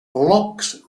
blocks